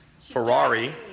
Ferrari